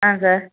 ஆ sir